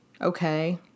Okay